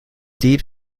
deep